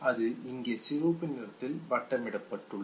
அது இங்கே சிவப்பு நிறத்தில் வட்டமிட்டுள்ளது